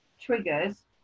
triggers